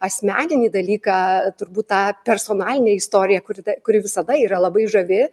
asmeninį dalyką turbūt tą personalinę istoriją kuri kuri visada yra labai žavi